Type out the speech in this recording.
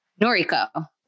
Noriko